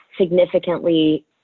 significantly